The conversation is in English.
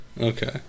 Okay